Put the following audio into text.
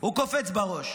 הוא קופץ בראש.